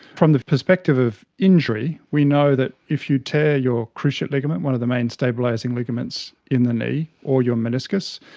from the perspective of injury, we know that if you tear your cruciate ligament, one of the main stabilising ligaments in the knee, or your meniscus,